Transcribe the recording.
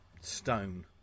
stone